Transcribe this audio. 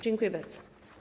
Dziękuję bardzo.